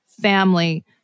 family